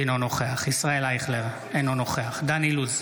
אינו נוכח ישראל אייכלר, אינו נוכח דן אילוז,